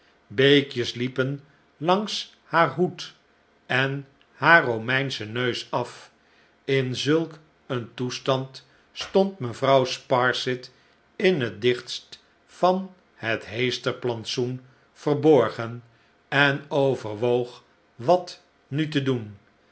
beekjes liepen langs haar hoed en haar romeinschen neus af in zulk een toestand stond mevrouw sparsit in het dichtst van het heesterplantsoen verborgen en overwoog wat nu te doen